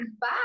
Bye